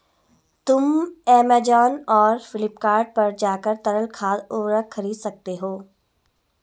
तुम ऐमेज़ॉन और फ्लिपकार्ट पर जाकर तरल खाद उर्वरक खरीद सकते हो